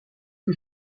que